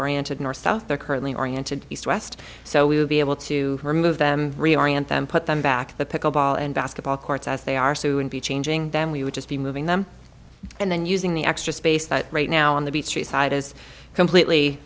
oriented north south they're currently oriented east west so we would be able to remove them reorient them put them back the pickle ball and basketball courts as they are soon be changing them we would just be moving them and then using the extra space that right now on the beach street side is completely